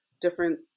different